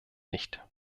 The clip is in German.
nicht